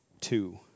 two